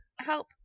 help